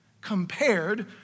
compared